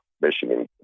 Michigan